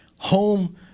home